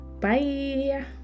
Bye